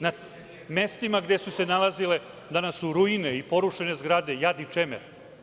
Na mestima gde su se nalazile danas su ruine, porušene zgrade, jad i čemer.